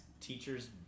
Teacher's